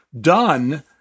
done